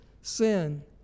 sin